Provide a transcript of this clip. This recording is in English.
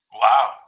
wow